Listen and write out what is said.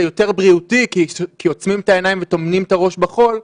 יותר בריאותי כי עוצמים את העיניים וטומנים את הראש בחול,